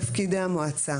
תפקידי המועצה